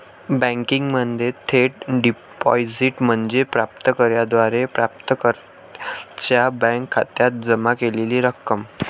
बँकिंगमध्ये थेट डिपॉझिट म्हणजे प्राप्त कर्त्याद्वारे प्राप्तकर्त्याच्या बँक खात्यात जमा केलेली रक्कम